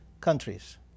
countries